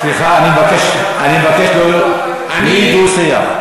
סליחה, אני מבקש, בלי דו-שיח.